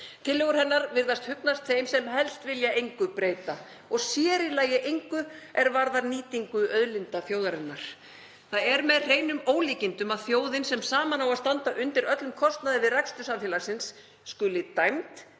Tillögur hennar virðast hugnast þeim sem helst vilja engu breyta og sér í lagi engu er varðar nýtingu auðlinda þjóðarinnar. Það er með hreinum ólíkindum að þjóðin, sem saman á að standa undir öllum kostnaði við rekstur samfélagsins, skuli dæmd